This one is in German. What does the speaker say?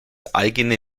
eigene